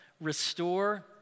restore